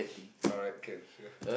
ah right cancer